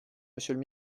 monsieur